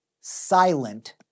Silent